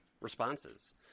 responses